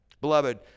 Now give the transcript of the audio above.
Beloved